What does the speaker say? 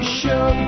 show